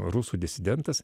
rusų disidentas